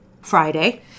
Friday